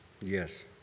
Yes